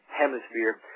Hemisphere